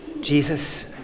Jesus